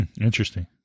interesting